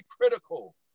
critical